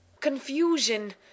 confusion